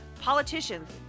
politicians